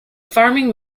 farming